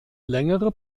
längere